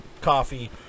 coffee